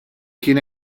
kien